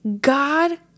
God